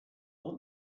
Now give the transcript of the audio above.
want